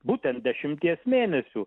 būtent dešimties mėnesių